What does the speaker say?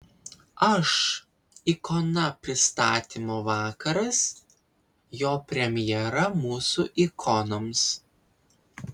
aš ikona pristatymo vakaras jo premjera mūsų ikonoms